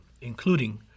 including